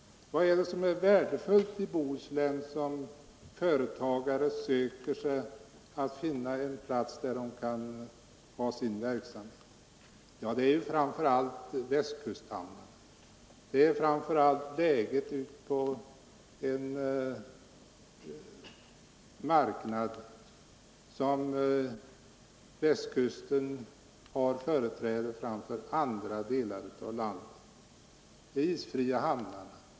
Vad är det som är värdefullt i Bohuslän som företagare söker när de önskar finna en plats där de kan ha sin verksamhet? Det är framför allt Västkusthamnarna som är isfria och ett läge i förhållande till världsmarknaden som gör att Västkusten har företräde framför andra delar av landet.